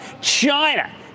China